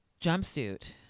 jumpsuit